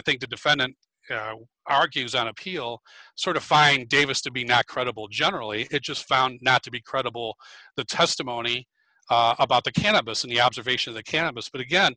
think the defendant argues on appeal sort of find davis to be not credible generally just found not to be credible the testimony about the cannabis in the observation of the campus but again